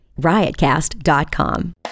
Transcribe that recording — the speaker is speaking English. riotcast.com